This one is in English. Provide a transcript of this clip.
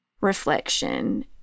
reflection